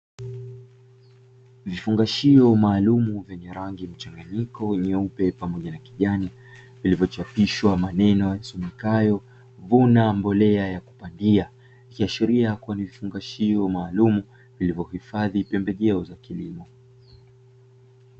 Vifungashio maalum vyenye rangi mchanganyiko nyeupe pamoja na kijani, vilivyochapishwa maneno yasomekayo 'Vuna Mbolea ya Kupandia', kishiria kwani kifungashio maalumu, vilivyohifadhi pembejeo za kilimo."